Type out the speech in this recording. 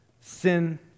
Sin